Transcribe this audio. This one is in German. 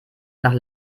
nach